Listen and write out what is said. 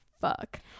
fuck